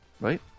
Right